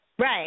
Right